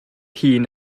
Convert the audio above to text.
hun